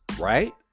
right